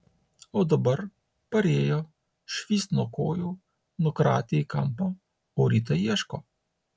o dabar parėjo švyst nuo kojų nukratė į kampą o rytą ieško